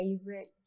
favorite